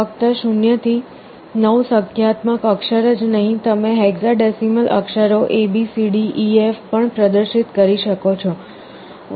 ફક્ત 0 થી 9 સંખ્યાત્મક અક્ષર જ નહીં તમે હેક્સાડેસિમલ અક્ષરો A B C D E F પણ પ્રદર્શિત કરી શકો છો